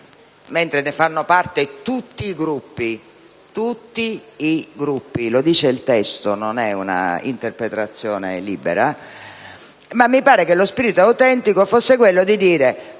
parte del Comitato tutti i Gruppi: tutti i Gruppi, lo dice il testo e non un'interpretazione libera. Mi pare che lo spirito autentico fosse quello di dire